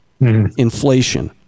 inflation